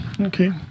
okay